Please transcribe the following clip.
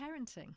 parenting